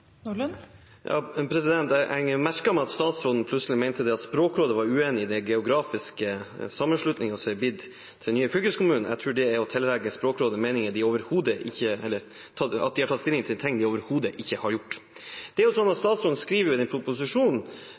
Jeg merket meg at statsråden plutselig mente at Språkrådet var uenig i den geografiske sammenslutningen, som er blitt den nye fylkeskommunen. Jeg tror det er å mene at Språkrådet har tatt stilling til noe de overhodet ikke har gjort. Statsråden skriver i proposisjonen om de nye fylkesnavnene: «Språkrådets uttalelse har også vært gjenstand for offentlig debatt. Navnespørsmålet har videre vært grundig referert, både i